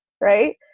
right